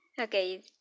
Okay